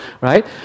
right